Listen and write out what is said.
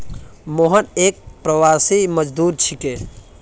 मोहन एक प्रवासी मजदूर छिके